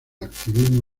activismo